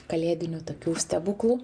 kalėdinių tokių stebuklų